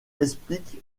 explique